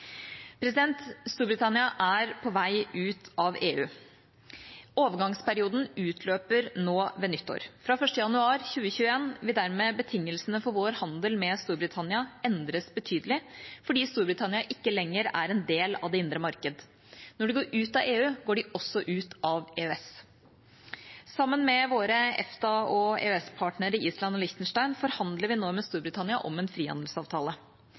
Storbritannia er på vei ut av EU. Overgangsperioden utløper nå ved nyttår. Fra 1. januar 2021 vil dermed betingelsene for vår handel med Storbritannia endres betydelig, fordi Storbritannia ikke lenger er en del av det indre marked. Når de går ut av EU, går de også ut av EØS. Sammen med våre EFTA- og EØS-partnere Island og Liechtenstein forhandler vi nå med Storbritannia om en frihandelsavtale.